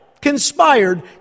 conspired